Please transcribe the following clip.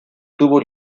tuvo